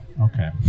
Okay